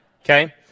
Okay